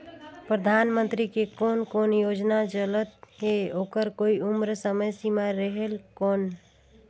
परधानमंतरी के कोन कोन योजना चलत हे ओकर कोई उम्र समय सीमा रेहेल कौन?